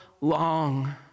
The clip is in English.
long